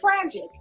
tragic